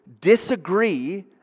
disagree